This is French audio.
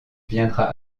viendra